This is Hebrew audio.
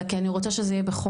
אלא כי אני רוצה שזה יהיה בחוק,